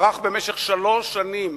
ערך במשך שלוש שנים